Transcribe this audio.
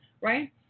right